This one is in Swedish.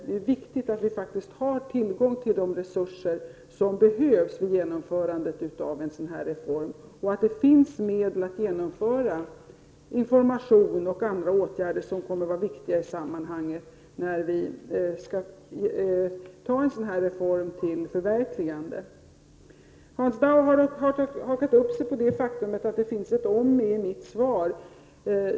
Det är viktigt att vi faktiskt har tillgång till de resurser som behövs vid genomförandet av en sådan reform och att det finns medel till information och andra åtgärder som kommer att vara viktiga i sammanhanget när reformen skall förverkligas. Hans Dau har hakat upp sig på det faktum att det finns ett ”om” med i mitt svar.